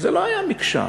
זה לא היה מקשה אחת.